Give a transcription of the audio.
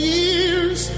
years